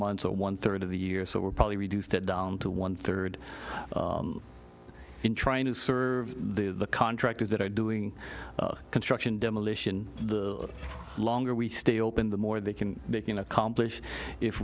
months or one third of the year so we're probably reduced it down to one third in trying to serve the contractors that are doing construction demolition the longer we stay open the more they can they can accomplish if